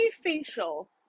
facial